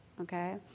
okay